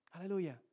hallelujah